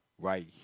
right